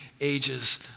ages